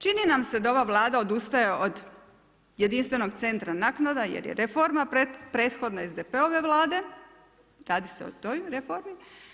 Čini nam se da ova Vlada odustaje od jedinstvenog centra naknada, jer je reforma, prethodna SDP-ove Vlade, radi se o toj reformi.